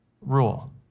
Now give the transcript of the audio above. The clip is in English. rule